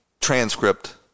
transcript